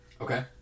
Okay